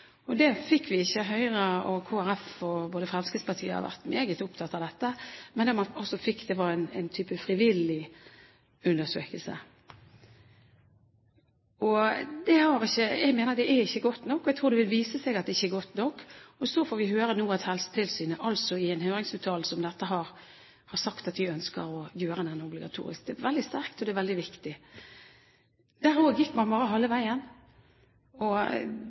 og det fikk vi ikke. Høyre, Kristelig Folkeparti og Fremskrittspartiet har vært meget opptatt av dette, men det man fikk, var en type frivillig undersøkelse. Jeg mener at det ikke er godt nok, og jeg tror det vil vise seg at det ikke er godt nok. Så får vi nå høre at Helsetilsynet i en høringsuttalelse om dette har sagt at de ønsker å gjøre denne obligatorisk. Det er veldig sterkt, og det er veldig viktig. Der også gikk man bare halve veien. Det hadde vært så kjekt og